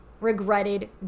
regretted